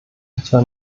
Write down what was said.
etwa